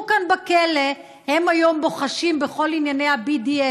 כאן בכלא היום בוחשים בכל ענייני ה-BDS